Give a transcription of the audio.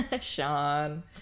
Sean